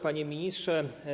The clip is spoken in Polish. Panie Ministrze!